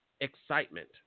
excitement